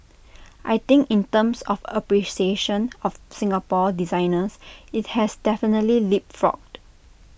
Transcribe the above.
I think in terms of appreciation of Singapore designers IT has definitely leapfrogged